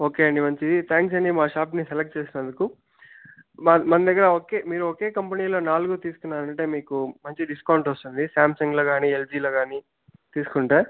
okay అండి మంచిది thanks అండి మా షాప్ని సెలెక్ట్ చేసినందుకు మన మనదగ్గర ఒకే మీరు ఒకే కంపెనీలో నాలుగు తీసుకున్నారంటే మీకు మంచి డిస్కౌంట్ వస్తుంది శామ్సంగ్లో కానీ ఎల్జిలో కానీ తీసుకుంటే